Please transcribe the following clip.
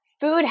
Food